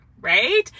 right